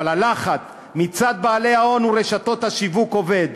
אבל הלחץ מצד בעלי ההון ורשתות השיווק עובד,